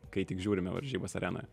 kai tik žiūrime varžybas arenoje